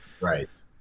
right